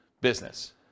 business